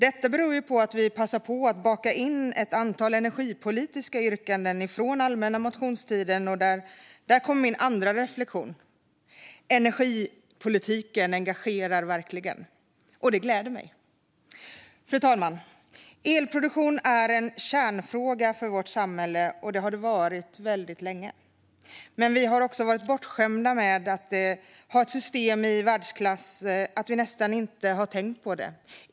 Det beror på att vi passar på att baka in ett antal energipolitiska yrkanden från allmänna motionstiden, och där kommer min andra reflektion: Energipolitiken engagerar verkligen! Det gläder mig. Fru talman! Elproduktion är en kärnfråga för vårt samhälle. Det har den varit väldigt länge, men vi har varit så bortskämda med att ha ett system i världsklass att vi nästan inte tänkt på det.